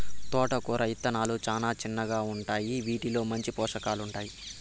తోటకూర ఇత్తనాలు చానా చిన్నగా ఉంటాయి, వీటిలో మంచి పోషకాలు ఉంటాయి